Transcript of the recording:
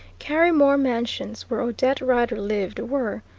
carrymore mansions, where odette rider lived, were,